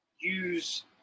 use